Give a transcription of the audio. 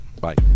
Bye